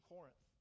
Corinth